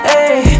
Hey